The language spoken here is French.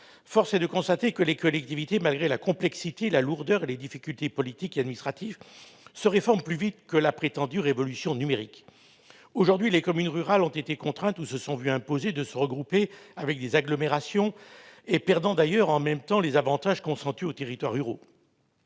Force est de constater que les collectivités, malgré la complexité, la lourdeur et les difficultés politiques et administratives, se réforment plus vite que la prétendue révolution numérique. Aujourd'hui, des communes rurales ont été contraintes ou se sont vu imposer de se regrouper avec des agglomérations, en perdant de ce fait les avantages consentis aux territoires ruraux.